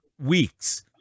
weeks